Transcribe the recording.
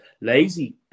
lazy